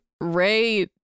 Ray